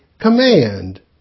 command